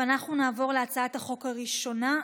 אנחנו נעבור להצעת החוק הראשונה.